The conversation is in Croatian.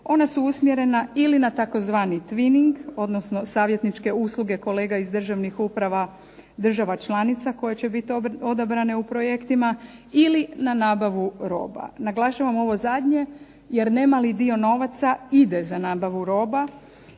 ona su usmjerena ili na tzv. twinning, odnosno savjetničke usluge kolega iz državnih uprava država članica koje će bit odabrane u projektima, ili na nabavu roba. Naglašavam ovo zadnje, jer nemali dio novaca ide za nabavu roba,